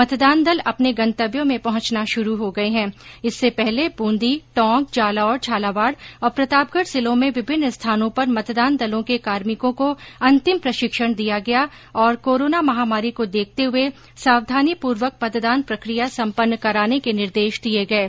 मतदान दल अपने गंतव्यों में पहुंचना शुरू हो गये है इससे पहले ब्रंदी टोंक जालौर झालावाड़ और प्रतापगढ़ जिलों में विभिन्न स्थानों पर मतदान दलों के कार्मिकों को अन्तिम प्रशिक्षण दिया गया और कारोना महामारी को देखते हुये सावधानीपूर्वक मतदान प्रक्रिया संपन्न कराने के निर्देश दिये गये